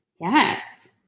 Yes